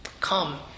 Come